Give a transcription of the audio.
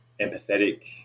empathetic